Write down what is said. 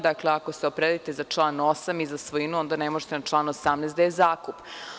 Dakle, ako se opredelite za član 8. i za svojinu onda ne možete na član 18. gde je zakup.